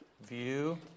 view